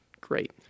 great